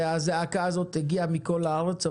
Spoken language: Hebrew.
והזעקה הזאת הגיעה מכל הארץ.